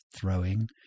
throwing